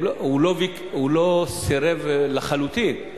הוא לא סירב לחלוטין,